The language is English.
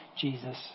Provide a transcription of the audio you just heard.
Jesus